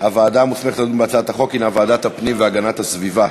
הוועדה המוסמכת לדון בהצעת החוק הנה ועדת הפנים והגנת הסביבה.